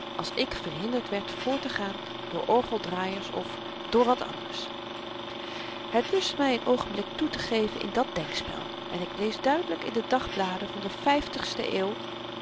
als ik verhinderd werd voorttegaan door orgeldraaiers of door wat anders het lust my n oogenblik toetegeven in dat denkspel en k lees duidelyk in de dagbladen van de vyftigste eeuw